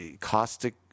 caustic